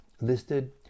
listed